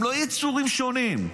הם לא יצורים שונים.